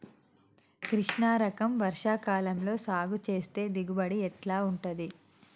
కృష్ణ రకం వర్ష కాలం లో సాగు చేస్తే దిగుబడి ఎట్లా ఉంటది?